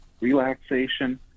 relaxation